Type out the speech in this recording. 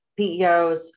PEOs